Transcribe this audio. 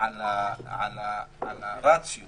על הרציו